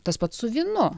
tas pats su vynu